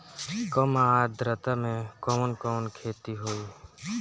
कम आद्रता में कवन कवन खेती होई?